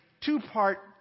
two-part